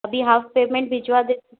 अभी half payment भिजवा दें